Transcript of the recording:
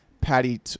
Patty